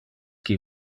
qui